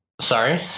sorry